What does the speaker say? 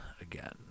again